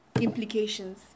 implications